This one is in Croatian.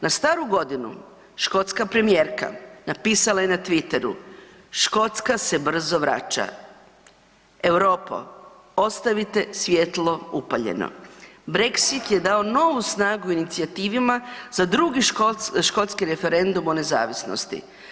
Na staru godinu škotska premijerka napisala je na Twitteru „Škotska se brzo vraća, Europo ostavite svjetlo upaljeno“, Brexit je dao novu snagu inicijativama za drugi škotski referendum o nezavisnosti.